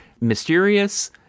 mysterious